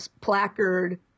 placard